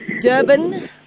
Durban